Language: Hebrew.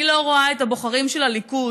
אני לא רואה את הבוחרים של הליכוד